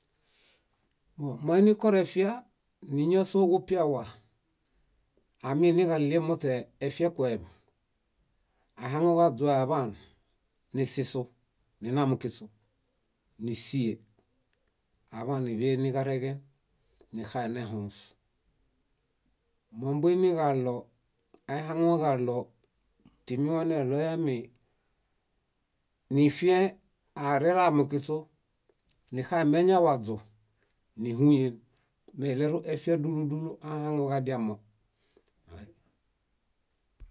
. Moinikorefia níñasoġupiawa, aminiġaɭie muśe efiekuem, aihaŋuġaźoeaḃaan, nisisu, ninamukiśu nísie aḃaan níḃeniġaren nixaenehõõs. Mombuiniġaɭo aihaŋuġaɭo timi waneɭoyami nifiẽhe, arelamukiśu nixaemeŋawaźu, níhuyen. Meiɭeruefia dúlu dúlu ahaŋuġadiamo.